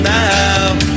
now